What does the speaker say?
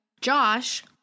Josh